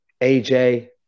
AJ